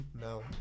No